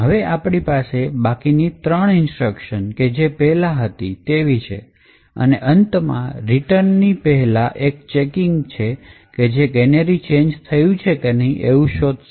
હવે આપણી પાસે બાકીની ત્રણ ઇન્સ્ટ્રક્શન કે જે પહેલા હતી તેવી છે અને અંતમાં રીટર્ન ની પહેલા એક ચેકિંગ છે કે જે કેનેરી ચેંજ થયું કે નહીં એવું શોધશે